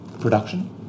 production